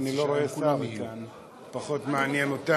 אני לא רואה כאן שר, פחות מעניין אותם,